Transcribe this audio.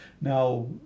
Now